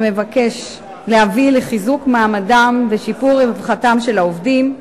שמבקש להביא לחיזוק מעמדם ושיפור רווחתם של העובדים,